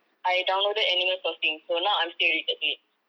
I downloaded animal crossing so now I'm still addicted to it